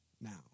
now